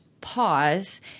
pause